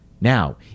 Now